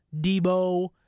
Debo